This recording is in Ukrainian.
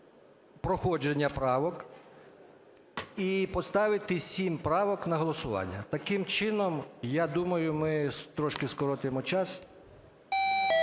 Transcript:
проходження правок. І поставити сім правок на голосування. Таким чином, я думаю, ми трошки скоротимо час.